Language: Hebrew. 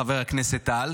חבר הכנסת טל.